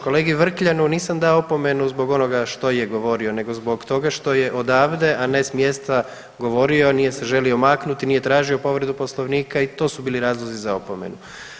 Kolegi Vrkljanu nisam dao opomenu zbog onoga što je govorio, nego zbog toga što je odavde, a ne s mjesta govorio, a nije se želio maknuti, nije tražio povredu Poslovnika i to su bili razlozi za opomenu.